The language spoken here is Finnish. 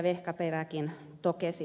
vehkaperäkin totesi